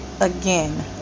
Again